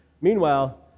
meanwhile